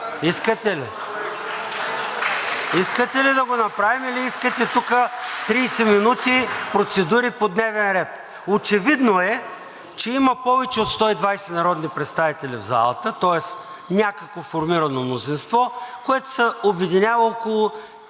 България“.) Искате ли да го направим, или искате тук 30 минути процедури по дневен ред? Очевидно е, че има повече от 120 народни представители в залата, тоест някакво формирано мнозинство, което се обединява